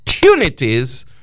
opportunities